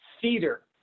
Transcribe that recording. cedar